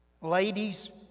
Ladies